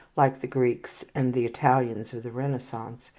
like the greeks and the italians of the renaissance,